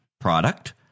product